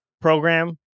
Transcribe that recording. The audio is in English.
program